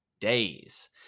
days